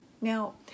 Now